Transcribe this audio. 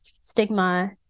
stigma